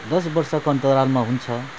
दस वर्षको अन्तरालमा हुन्छ